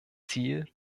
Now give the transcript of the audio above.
ziel